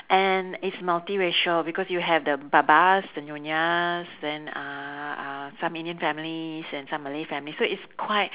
and it's multiracial because you have the babas the nyonyas then uh uh some indian families and some malay families so it's quite